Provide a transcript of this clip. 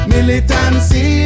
Militancy